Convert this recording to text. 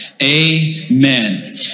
amen